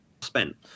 spent